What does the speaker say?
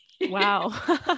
Wow